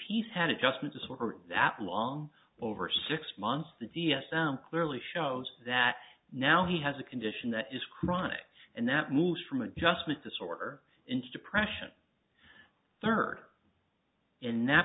he's had adjustment disorder that long over six months the d s m clearly shows that now he has a condition that is chronic and that moves from an adjustment disorder into depression third in that